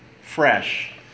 fresh